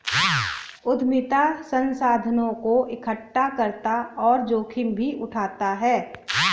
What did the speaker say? उद्यमिता संसाधनों को एकठ्ठा करता और जोखिम भी उठाता है